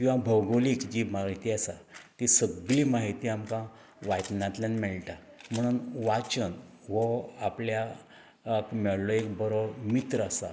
किंवा भौगोलीक जी म्हायती आसा ती सगळी माहिती आमकां वाचनांतल्यान मेळटा म्हुणून वाचन वो आपल्या मेळ्ळो एक बरो मित्र आसा